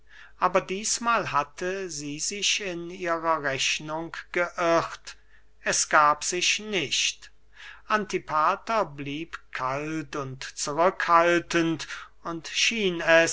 aber dießmahl hatte sie sich in ihrer rechnung geirrt es gab sich nicht antipater blieb kalt und zurückhaltend und schien